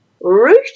root